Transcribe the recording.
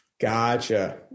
Gotcha